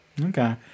Okay